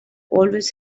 always